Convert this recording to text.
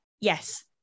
yes